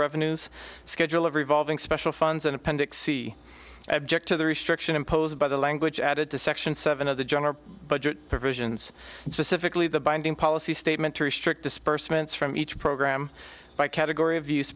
revenues schedule of revolving special funds an appendix c object to the restriction imposed by the language added to section seven of the general budget provisions and specifically the binding policy statement to restrict disbursements from each program by category of use